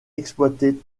exploitée